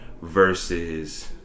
versus